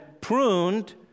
pruned